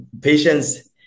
patients